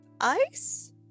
ice